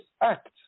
act